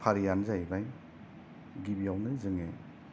फारिआनो जायैबाय गिबिआवनो जोङो